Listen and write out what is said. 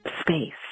space